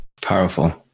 Powerful